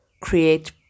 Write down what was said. create